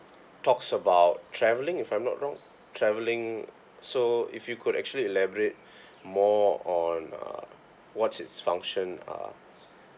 talks about travelling if I'm not wrong traveling so if you could actually elaborate more or uh what's its function uh